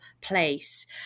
place